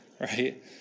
Right